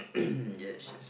yes yes